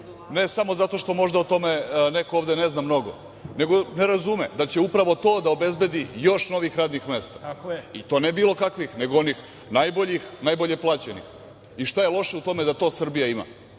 ne samo zato što možda o tome neko ovde ne zna mnogo, nego ne razume da će upravo to da obezbedi još novih radnih mesta i to ne bilo kakvih, nego onih najboljih, najbolje plaćenih. Šta je loše u tome da to Srbija ima?